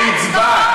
והצבעת.